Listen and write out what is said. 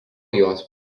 juos